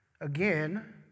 again